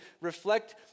reflect